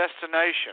destination